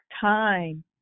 time